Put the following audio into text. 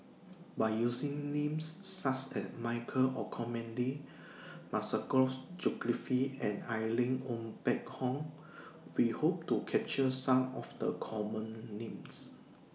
By using Names such as Michael Olcomendy Masagos Zulkifli and Irene Ng Phek Hoong We Hope to capture Some of The Common Names